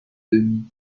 denis